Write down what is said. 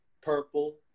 purple